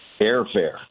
airfare